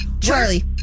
Charlie